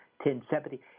1070